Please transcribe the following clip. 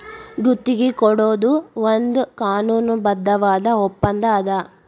ಗುತ್ತಿಗಿ ಕೊಡೊದು ಒಂದ್ ಕಾನೂನುಬದ್ಧವಾದ ಒಪ್ಪಂದಾ ಅದ